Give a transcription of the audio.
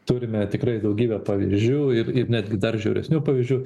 turime tikrai daugybę pavyzdžių ir netgi dar žiauresnių pavyzdžių